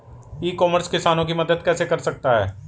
ई commerce किसानों की मदद कैसे कर सकता है?